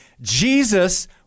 Jesus